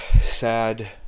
sad